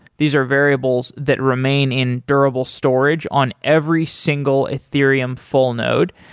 these are variables that remain in durable storage on every single ethereum full node.